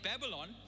Babylon